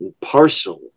parcel